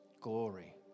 Glory